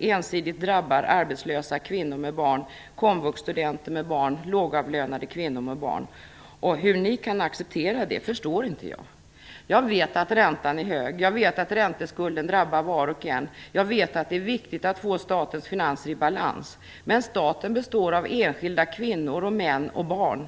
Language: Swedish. ensidigt drabbar arbetslösa kvinnor med barn, komvuxstudenter med barn och lågavlönade kvinnor med barn. Hur ni kan acceptera det förstår jag inte. Jag vet att räntan är hög. Jag vet att ränteskulden drabbar var och en. Jag vet att det är viktigt att få statens finanser i balans. Men staten består av enskilda kvinnor, män och barn.